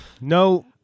No